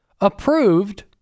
approved